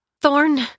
Thorn